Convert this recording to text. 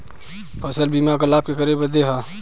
फसल बीमा क लाभ केकरे बदे ह?